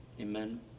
Amen